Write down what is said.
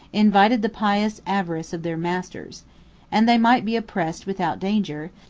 invited the pious avarice of their masters and they might be oppressed without danger,